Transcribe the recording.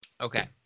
Okay